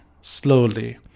slowly